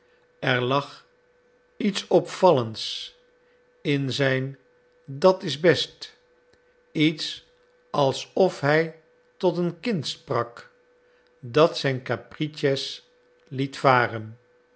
er lag iets opvallends in zijn dat is best iets alsof hij tot een kind sprak dat zijn caprices liet varen